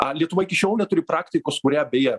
lietuva iki šiol neturi praktikos kurią beje